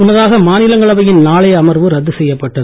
முன்னதாக மாநிலங்களவையின் நாளைய அமர்வு ரத்து செய்யப்பட்டது